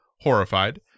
Horrified